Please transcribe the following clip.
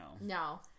No